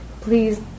please